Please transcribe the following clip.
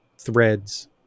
threads